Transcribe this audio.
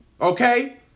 Okay